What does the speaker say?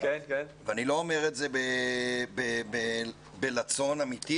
אומר את זה בלצון אמיתי,